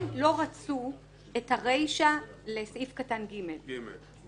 הם לא רצו את הרישה לסעיף קטן (ג).